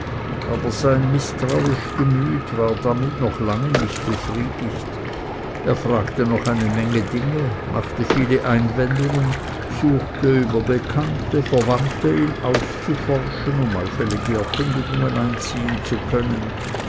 aber sein mißtrauisch gemüt war damit noch lange nicht befriedigt er fragte noch eine menge dinge machte viele einwendungen suchte über bekannte verwandte ihn auszuforschen um allfällige erkundigungen einziehen zu können